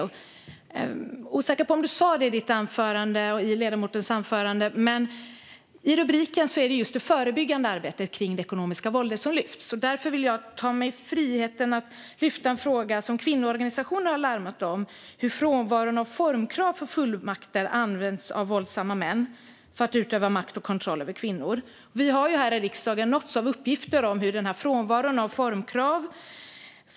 Jag är osäker på om ledamoten sa det i sitt anförande, men i rubriken är det just det förebyggande arbetet kring det ekonomiska våldet som lyfts. Därför vill jag ta mig friheten att lyfta en fråga som kvinnoorganisationer har larmat om: hur frånvaron av formkrav för fullmakter används av våldsamma män för att utöva makt och kontroll över kvinnor. Vi har ju här i riksdagen nåtts av uppgifter om denna frånvaro av formkrav.